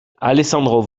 alessandro